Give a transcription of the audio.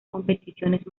competiciones